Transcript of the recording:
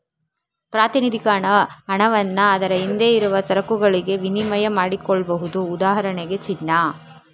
ಪ್ರಾತಿನಿಧಿಕ ಹಣವನ್ನ ಅದರ ಹಿಂದೆ ಇರುವ ಸರಕುಗಳಿಗೆ ವಿನಿಮಯ ಮಾಡಿಕೊಳ್ಬಹುದು ಉದಾಹರಣೆಗೆ ಚಿನ್ನ